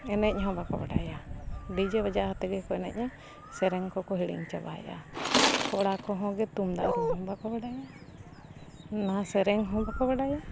ᱮᱱᱮᱡ ᱦᱚᱸ ᱵᱟᱠᱚ ᱵᱟᱰᱟᱭᱟ ᱰᱤᱡᱮ ᱵᱟᱡᱟᱣ ᱟᱛᱮ ᱜᱮᱠᱚ ᱮᱱᱮᱡᱟ ᱥᱮᱨᱮᱧ ᱠᱚᱠᱚ ᱦᱤᱲᱤᱧ ᱪᱟᱵᱟᱭᱮᱜᱼᱟ ᱠᱚᱲᱟ ᱠᱚᱦᱚᱸᱜᱮ ᱛᱩᱢᱫᱟᱜ ᱨᱩᱻ ᱦᱚᱸ ᱵᱟᱠᱚ ᱵᱟᱰᱟᱭᱟ ᱚᱱᱟ ᱥᱮᱨᱮᱧ ᱦᱚᱸ ᱵᱟᱠᱚ ᱵᱟᱰᱟᱭᱟ